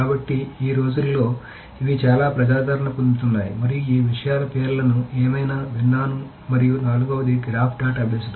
కాబట్టి ఈ రోజుల్లో ఇవి చాలా ప్రజాదరణ పొందుతున్నాయి మరియు ఈ విషయాల పేర్లను ఏమైనా విన్నాను మరియు నాల్గవది గ్రాఫ్ డేటాబేస్లు